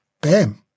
bam